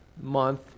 month